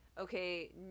okay